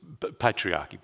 patriarchy